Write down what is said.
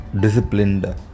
disciplined